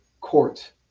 court